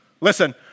Listen